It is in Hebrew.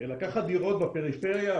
לקחת דירות בפריפריה,